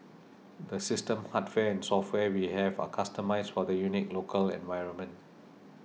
the system hardware and software we have are customised for the unique local environment